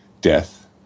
death